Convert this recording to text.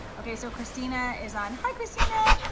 okay, so christina is on hi christina,